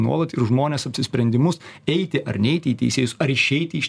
nuolat ir žmones apsisprendimus eiti ar neiti į teisėjus ar išeit iš